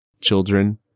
Children